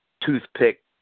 toothpick